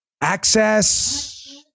Access